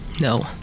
No